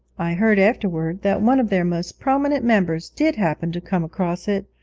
i heard afterwards that one of their most prominent members did happen to come across it,